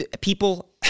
People